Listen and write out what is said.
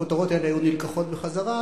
הכותרות האלה היו נלקחות בחזרה,